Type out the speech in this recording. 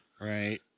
right